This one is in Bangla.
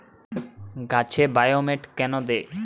গাছে বায়োমেট কেন দেয়?